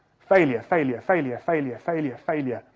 failure, failure, failure, failure, failure, failure.